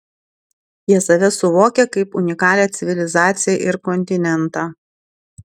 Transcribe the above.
jie save suvokia kaip unikalią civilizaciją ir kontinentą